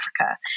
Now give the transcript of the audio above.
Africa